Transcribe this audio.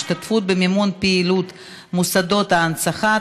2) (השתתפות במימון פעילות מוסדות ההנצחה),